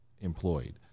employed